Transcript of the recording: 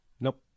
Nope